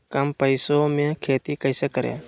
कम पैसों में खेती कैसे करें?